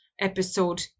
episode